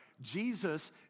jesus